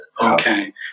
Okay